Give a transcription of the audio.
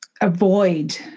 avoid